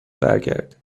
برگردید